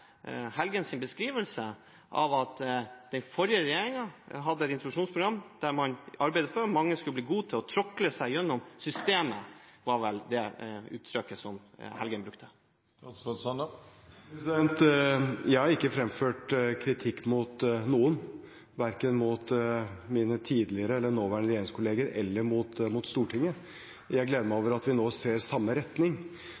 beskrivelse, at den forrige regjeringen hadde et introduksjonsprogram der man arbeidet for at mange skulle bli «gode til å tråkle seg gjennom det norske systemet»? Det var vel det uttrykket Engen-Helgheim brukte. Jeg har ikke fremført kritikk mot noen, verken mot mine tidligere eller nåværende regjeringskolleger eller mot Stortinget. Jeg gleder meg